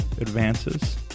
advances